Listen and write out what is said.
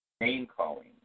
name-calling